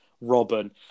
Robin